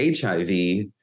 HIV